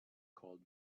called